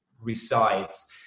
resides